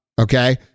Okay